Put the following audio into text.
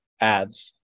ads